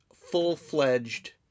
full-fledged